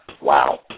wow